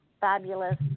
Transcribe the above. Fabulous